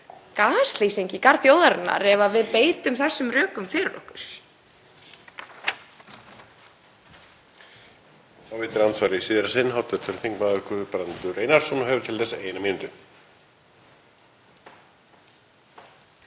gaslýsing í garð þjóðarinnar ef við beitum þessum rökum fyrir okkur.